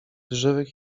żywych